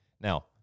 Now